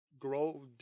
grow